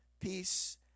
peace